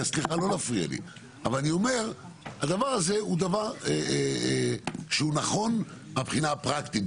אבל הדבר הזה הוא דבר שהוא נכון מהבחינה הפרקטית.